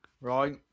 right